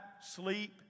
sleep